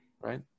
right